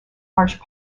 harsh